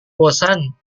bosan